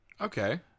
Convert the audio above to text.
Okay